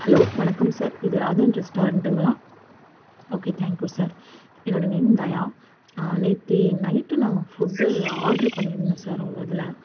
hello வணக்கம் sir இது ராஜன் ரெஸ்டாரண்ட்டுங்களா ஓகே தேங்க் யூ சார் என்னோடய நேம் தயா நேற்று நைட்டு நான் ஃபுட்டு ஆர்டர் பண்ணியிருந்தேன் சார் உங்கள் இதில்